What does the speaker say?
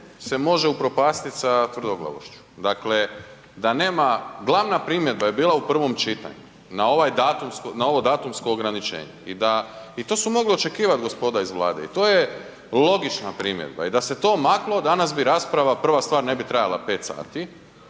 se može upropastiti sa tvrdoglavošću. Dakle, da nema, glavna primjedba je bila u prvom čitanju na ovaj datum, na ovo datumsko ograničenje i da, i to se moglo očekivati gospodo iz Vlade i to je logična primjedba i da se to maklo, danas bi rasprava, prva stvar, ne bi trajala 5 sati